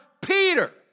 Peter